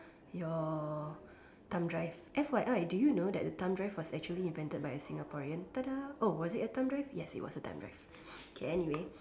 your thumb drive F_Y_I do you know that the thumb drive was actually invented by a Singaporean !tada! oh was it a thumb drive yes it was a thumb drive okay anyway